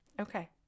okay